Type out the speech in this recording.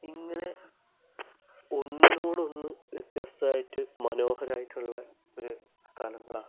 ഇങ്ങനെ ഒന്നിനോടൊന്ന് വ്യത്യസ്തായിട്ട് മനോഹരമായിട്ടുള്ള ഒര് സ്ഥലങ്ങളാണ്